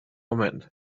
moment